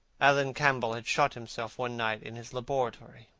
alan campbell had shot himself one night in his laboratory,